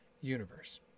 universe